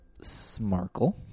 Smarkle